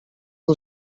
que